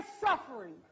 suffering